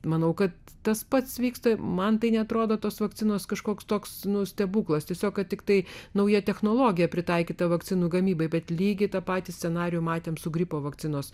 manau kad tas pats vyksta man tai neatrodo tos vakcinos kažkoks toks stebuklas tiesiog tiktai nauja technologija pritaikyta vakcinų gamybai bet lygiai tą patį scenarijų matėme su gripo vakcinos